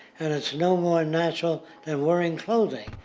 and it's no more natural than wearing clothing.